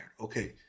Okay